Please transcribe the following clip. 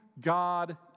God